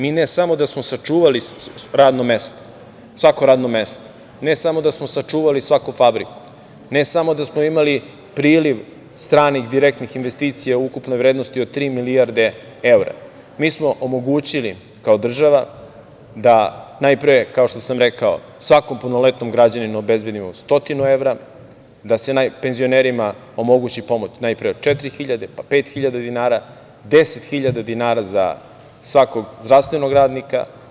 Mi ne samo da smo sačuvali svako radno mesto, ne samo da smo sačuvali svaku fabriku, ne samo da smo imali priliv stranih direktnih investicija ukupne vrednosti od tri milijarde evra, mi smo omogućili, kao država, da najpre, kao što sam rekao, svakom punoletnom građaninu obezbedimo stotinu evra, da se penzionerima omogući pomoć najpre od 4.000, pa 5.000 dinara, 10.000 dinara za svakog zdravstvenog radnika.